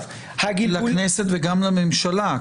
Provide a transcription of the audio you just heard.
לכנסת וגם לממשלה,